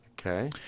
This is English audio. Okay